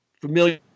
familiar